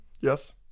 Yes